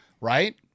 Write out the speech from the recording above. right